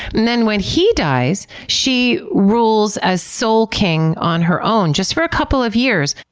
then when he dies, she rules as sole king on her own just for a couple of years.